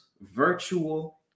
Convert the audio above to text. virtual